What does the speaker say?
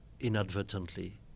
inadvertently